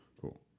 cool